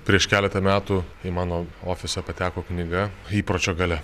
prieš keletą metų į mano ofisą pateko knyga įpročio galia